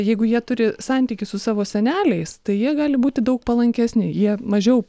jeigu jie turi santykius su savo seneliais tai jie gali būti daug palankesni jie mažiau